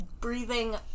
breathing